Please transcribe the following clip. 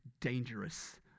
dangerous